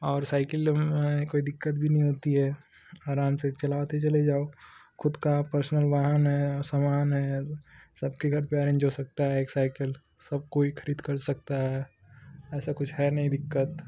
और साइकिल में कोई दिक्कत भी नहीं होती है आराम से चलाते चले जाओ ख़ुद का परसनल वाह है समान है सबके घर पर अरेंज हो सकता है एक साइकिल सब कोई खरीद कर सकता है ऐसा है नहीं कोई दिक्कत